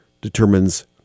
determines